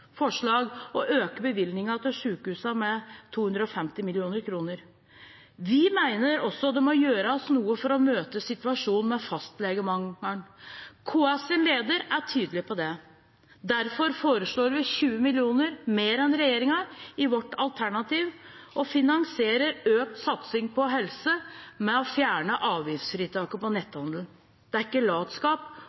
forslag å øke bevilgningen til sykehusene med 250 mill. kr. Vi mener også det må gjøres noe for å møte situasjonen med fastlegemangelen. KS’ leder er tydelig på det. Derfor foreslår vi 20 mill. kr mer enn regjeringen i vårt alternativ og finansierer økt satsing på helse ved å fjerne avgiftsfritaket på netthandel. Det er ikke latskap